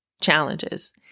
challenges